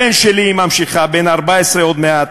הבן שלי, היא ממשיכה, בן 14 עוד מעט,